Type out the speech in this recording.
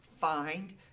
find